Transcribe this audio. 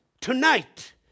tonight